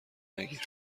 نگیر